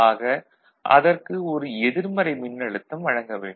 ஆக அதற்கு ஒரு எதிர்மறை மின்னழுத்தம் வழங்க வேண்டும்